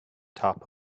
top